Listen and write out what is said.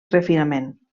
refinament